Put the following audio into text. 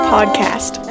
podcast